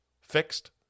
fixed